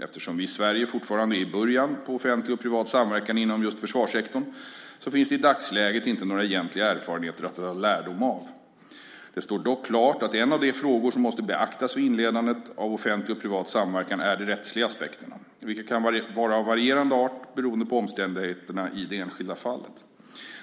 Eftersom vi i Sverige fortfarande är i början på offentlig och privat samverkan inom försvarssektorn finns det i dagsläget inte några egna erfarenheter att dra lärdom av. Det står dock klart att en av de frågor som måste beaktas vid inledandet av offentlig och privat samverkan är de rättsliga aspekterna, vilka kan vara av varierande art beroende på omständigheterna i det enskilda fallet.